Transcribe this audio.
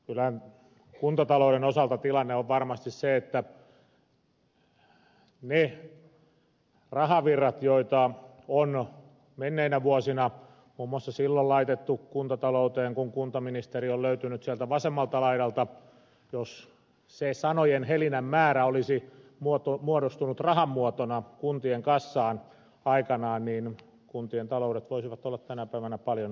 kyllä kuntatalouden osalta tilanne on varmasti se että jos mietitään niitä rahavirtoja joita on menneinä vuosina muun muassa silloin laitettu kuntatalouteen kun kuntaministeri on löytynyt sieltä vasemmalta laidalta niin jos se sanojen helinän määrä olisi kertynyt rahan muodossa kuntien kassaan aikanaan kuntien taloudet voisivat olla tänä päivänä paljon parempiakin